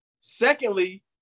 Secondly